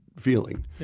feeling